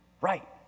Right